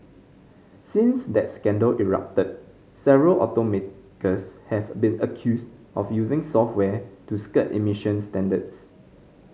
since that scandal erupted several automakers have been accused of using software to skirt emissions standards